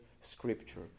Scripture